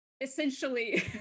essentially